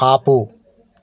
ఆపు